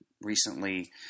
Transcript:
recently